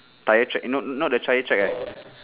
tyre track not not the trial track leh